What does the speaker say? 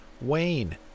Wayne